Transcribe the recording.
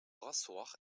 rasseoir